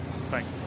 Thank